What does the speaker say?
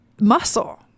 muscle